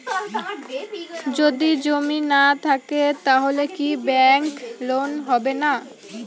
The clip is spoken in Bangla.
যদি জমি না থাকে তাহলে কি ব্যাংক লোন হবে না?